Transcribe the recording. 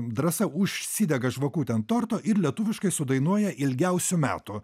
drąsa užsidega žvakutę ant torto ir lietuviškai sudainuoja ilgiausių metų